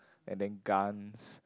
and then guns